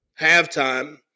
halftime